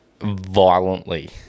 violently